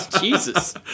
Jesus